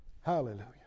Hallelujah